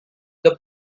the